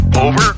Over